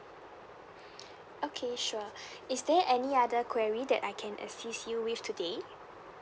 okay sure is there any other query that I can assist you with today